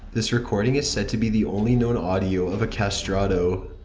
this recording is said to be the only known audio of a castrato.